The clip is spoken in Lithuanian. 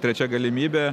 trečia galimybė